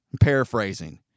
Paraphrasing